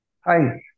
Hi